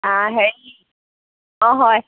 হেৰি অঁ হয়